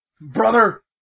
Brother